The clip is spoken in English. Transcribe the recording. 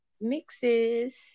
mixes